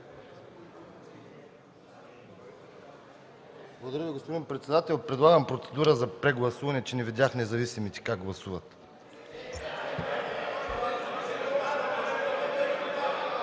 Благодаря Ви, господин председател. Предлагам процедура за прегласуване, че не видях независимите как гласуват.